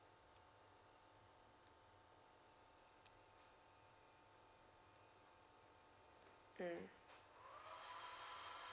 mm